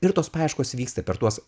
ir tos paieškos vyksta per tuos